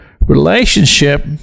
relationship